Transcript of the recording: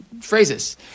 phrases